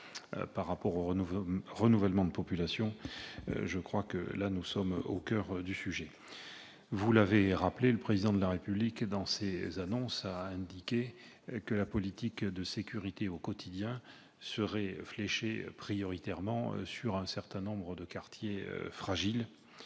s'agissant du renouvellement de population. Nous sommes au coeur du sujet. Vous l'avez rappelé, le Président de la République a indiqué que la politique de sécurité du quotidien serait fléchée prioritairement sur un certain nombre de quartiers fragiles